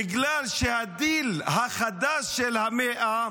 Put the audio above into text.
בגלל שהדיל החדש של המאה,